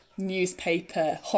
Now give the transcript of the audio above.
Newspaper